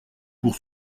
pour